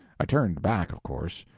i turned back, of course.